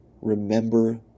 remember